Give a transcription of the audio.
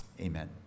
Amen